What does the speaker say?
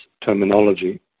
terminology